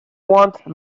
want